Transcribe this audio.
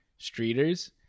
streeters